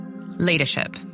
Leadership